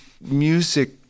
music